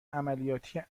عملیاتی